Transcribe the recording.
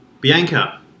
Bianca